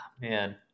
Man